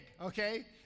okay